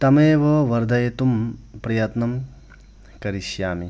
तमेव वर्धयतुं प्रयत्नं करिष्यामि